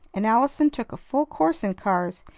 and allison took a full course in cars.